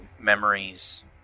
Memories